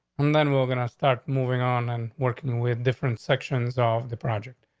um then we're gonna start moving on and working with different sections of the project.